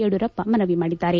ಯಡಿಯೂರಪ್ಪ ಮನವಿ ಮಾಡಿದ್ದಾರೆ